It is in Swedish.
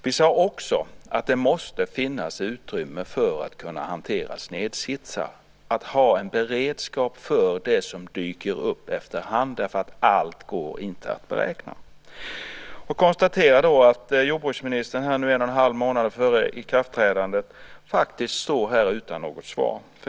Vi sade också att det måste finnas utrymme för att kunna hantera snedsitsar, att ha en beredskap för det som dyker upp efterhand, för allt går inte att beräkna. Jag konstaterar att jordbruksministern nu, en och en halv månad före ikraftträdandet, faktiskt står här utan något svar.